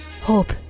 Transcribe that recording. Hope